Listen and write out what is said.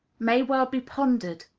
may well be pondered.